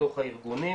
בתוך הארגונים.